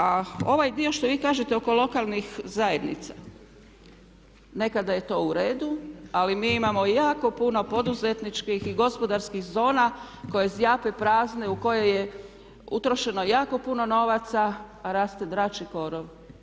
A ovaj dio što vi kažete oko lokalnih zajednica, nekada je to u redu, ali mi imamo jako puno poduzetničkih i gospodarskih zona koje zjape prazne, u koje je utrošeno jako puno novaca a raste drač i korov.